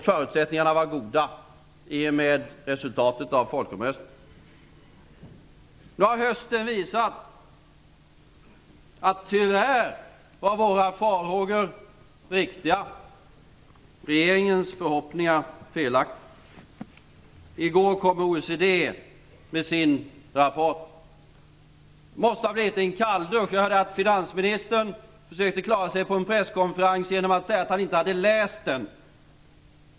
Förutsättningarna var goda i och med resultatet av folkomröstningen. Nu har det under hösten visat sig att våra farhågor tyvärr var riktiga och att regeringens förhoppningar var felaktiga. I går kom OECD med sin rapport. Det måste ha varit en kalldusch. Jag hörde att finansministern försökte klara sig på en presskonferens genom att säga att han inte hade läst rapporten.